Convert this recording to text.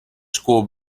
school